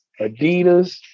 Adidas